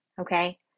okay